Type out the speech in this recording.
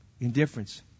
Indifference